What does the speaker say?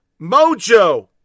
mojo